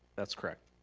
that's correct.